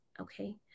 okay